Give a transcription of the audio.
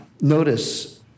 notice